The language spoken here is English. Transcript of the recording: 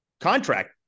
contract